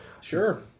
Sure